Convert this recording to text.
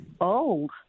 old